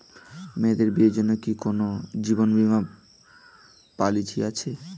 মেয়েদের বিয়ের জন্য কি কোন জীবন বিমা পলিছি আছে?